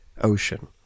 ocean